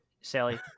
Sally